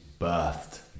birthed